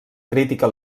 crítica